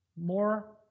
more